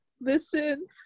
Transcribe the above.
listen